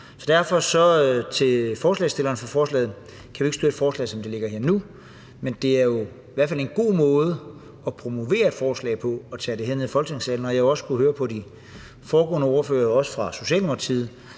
at vi ikke kan støtte forslaget, som det ligger her, men det er i hvert fald en god måde at promovere et forslag på at tage det herned i Folketingssalen. Jeg har også kunnet høre på de foregående ordførere, herunder